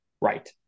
right